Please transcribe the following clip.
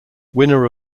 winner